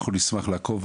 אנחנו נשמח לעקוב,